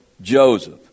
Joseph